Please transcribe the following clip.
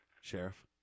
Sheriff